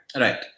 Right